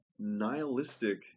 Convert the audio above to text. nihilistic